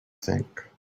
think